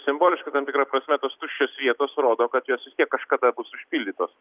simboliška tam tikra prasme tos tuščios vietos rodo kad jos vis tiek kažkada bus užpildytos